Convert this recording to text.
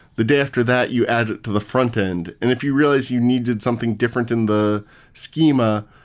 the day after that, you add to the frontend, and if you realized you needed something different in the schema,